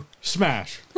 smash